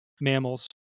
mammals